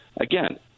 Again